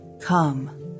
come